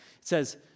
says